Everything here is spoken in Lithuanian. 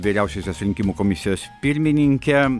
vyriausiosios rinkimų komisijos pirmininke